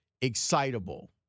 excitable